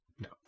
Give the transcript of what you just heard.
No